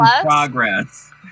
progress